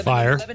Fire